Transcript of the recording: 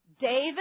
David